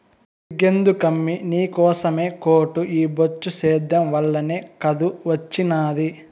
సిగ్గెందుకమ్మీ నీకోసమే కోటు ఈ బొచ్చు సేద్యం వల్లనే కాదూ ఒచ్చినాది